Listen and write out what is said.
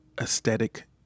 aesthetic